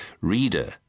reader